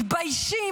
מתביישים,